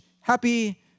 Happy